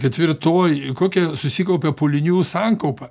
ketvirtoj kokia susikaupia pūlinių sankaupa